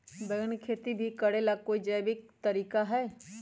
बैंगन के खेती भी करे ला का कोई जैविक तरीका है?